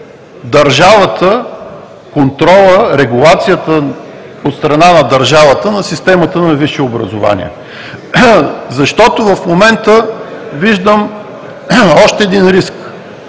държавата, контролът, регулацията от страна на държавата на системата на висшето образование, защото в момента виждам още един риск,